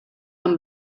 amb